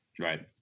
Right